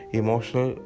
emotional